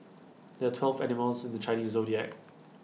there are twelve animals in the Chinese Zodiac